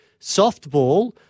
softball